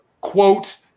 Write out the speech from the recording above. quote